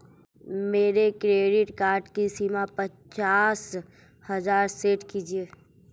मेरे credit card की सीमा पचास हजार सेट कीजिए